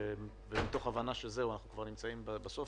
מתוך הבנה שזהו, אנחנו כבר נמצאים בסוף.